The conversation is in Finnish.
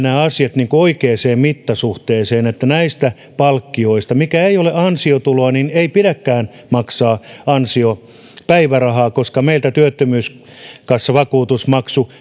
nämä asiat tulevat oikeaan mittasuhteeseen näistä palkkioista mitkä eivät ole ansiotuloa ei pidäkään maksaa ansiopäivärahaa koska meiltä työttömyyskassavakuutusmaksu